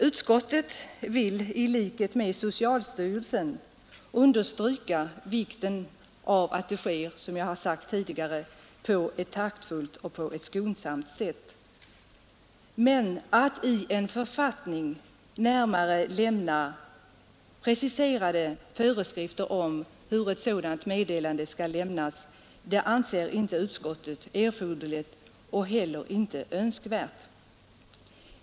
Utskottet vill i likhet med socialstyrelsen understryka vikten av att meddelande om dödsfall, såsom jag sagt tidigare, sker på ett taktfullt och skonsamt sätt. Att däremot i en författning lämna preciserade föreskrifter om hur ett sådant meddelande skall överbringas anser inte utskottet erforderligt och heller inte önskvärt.